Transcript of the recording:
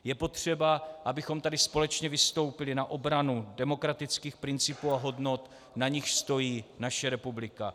Je potřeba, abychom tady společně vystoupili na obranu demokratických principů a hodnot, na nichž stojí naše republika.